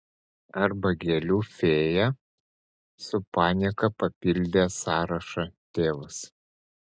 arba gėlių fėja su panieka papildė sąrašą tėvas